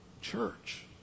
church